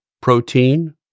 protein